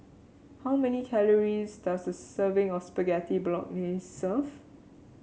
how many calories does a serving of Spaghetti Bolognese serve